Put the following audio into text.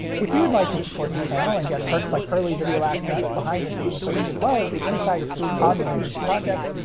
if you would like to support the channel and get perks like early video access, behind-the-scenes footage, as well as the inside scoop on the latest projects,